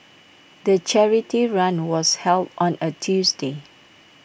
the charity run was held on A Tuesday